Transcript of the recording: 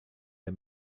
der